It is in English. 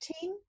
team